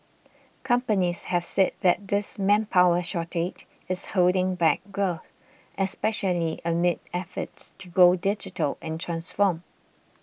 companies have said that this manpower shortage is holding back growth especially amid efforts to go digital and transform